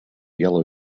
yellow